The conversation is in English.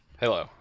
Hello